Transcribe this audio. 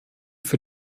für